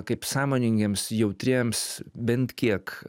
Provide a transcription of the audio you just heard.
kaip sąmoningiems jautriems bent kiek